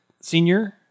Senior